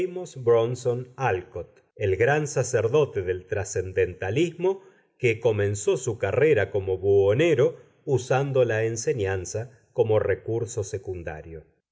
bronson álcott el gran sacerdote del trascendentalismo que comenzó su carrera como buhonero usando la enseñanza como recurso secundario